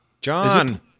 John